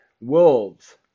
wolves